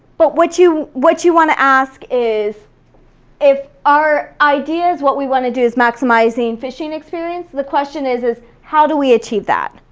but what you what you wanna ask is if our idea is what we wanna do is maximizing fishing experience, the question is, how do we achieve that?